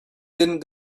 didn’t